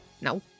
No